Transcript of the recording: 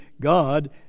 God